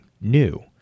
new